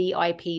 VIP